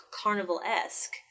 carnival-esque